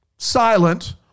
silent